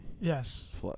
Yes